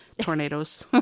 tornadoes